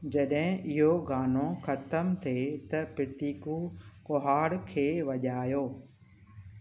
जॾहिं इहो गानो ख़तमु थिए त प्रतीकु कुहाड़ खे वॼायो